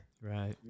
right